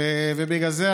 ובגלל זה,